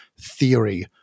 theory